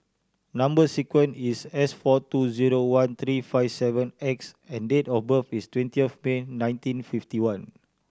number sequence is S four two zero one three five seven X and date of birth is twentieth of May nineteen fifty one